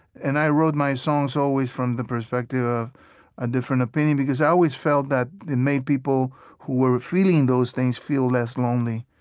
and i wrote my songs, always, from the perspective of a different opinion, because i always felt that it made people who were feeling those things feel less lonely.